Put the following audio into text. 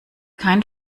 kein